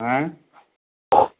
हाँ